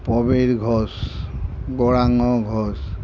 Prabir Ghosh Gouranga Ghosh